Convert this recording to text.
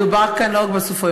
מדובר כאן לא רק בסופרים,